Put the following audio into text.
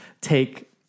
take